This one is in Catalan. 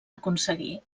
aconseguir